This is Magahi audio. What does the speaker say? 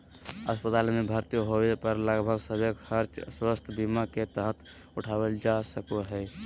अस्पताल मे भर्ती होबे पर लगभग सभे खर्च स्वास्थ्य बीमा के तहत उठावल जा सको हय